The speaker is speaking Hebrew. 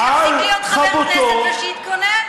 שיפסיק להיות חבר כנסת ושיתגונן.